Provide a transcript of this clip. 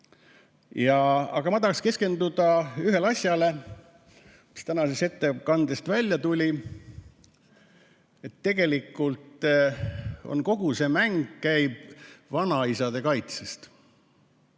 Aga ma tahan keskenduda ühele asjale, mis tänasest ettekandest välja tuli, et tegelikult kogu see mäng käib vanaisade kaitse